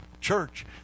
church